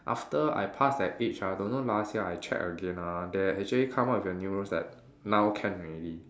after I pass that age ah don't know last year I check again ah they actually come up with a new rules that now can already